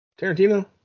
Tarantino